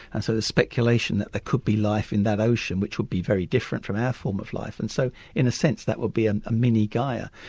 and so there's speculation that there could be life in that ocean which would be very different from our form of life. and so in a sense that would be ah a mini gaia.